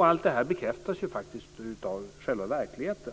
Allt det här bekräftas av själva verkligheten.